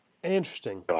Interesting